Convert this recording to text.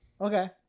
Okay